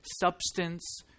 substance